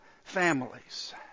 families